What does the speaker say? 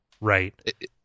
right